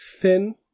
Thin